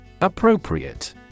Appropriate